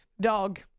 Dog